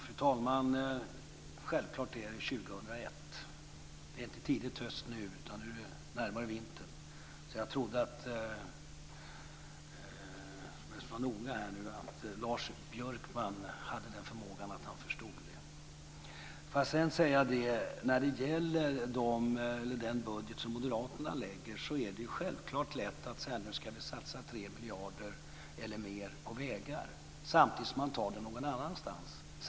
Fru talman! Självklart är det 2001. Det är inte tidig höst nu. Nu är det närmare vintern. Jag trodde att Lars Björkman hade den förmågan att han förstod det. När det gäller den budget som moderaterna lägger fram vill jag säga att det självklart är lätt att säga att vi nu ska satsa 3 miljarder eller mer på vägar om man samtidigt tar pengarna någon annanstans ifrån.